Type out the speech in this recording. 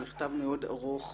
מכתב מאוד ארוך